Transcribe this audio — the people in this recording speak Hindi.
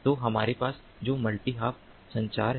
तो हमारे पास जो मल्टी हॉप संचार है